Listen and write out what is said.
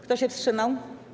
Kto się wstrzymał?